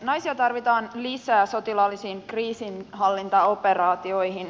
naisia tarvitaan lisää sotilaallisiin kriisinhallintaoperaatioihin